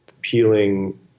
peeling